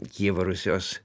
kijevo rusios